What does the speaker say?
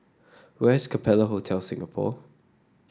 where is Capella Hotel Singapore